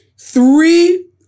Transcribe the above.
three